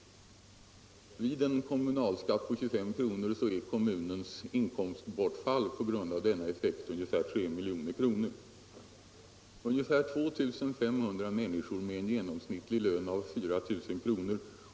Vid en kommunalskatt på 25 kr. är kommunens inkomstbortfall på grund av denna effekt ungefär 3 milj.kr. Ungefär 2 500 personer med en genomsnittlig lön av 40 000 kr.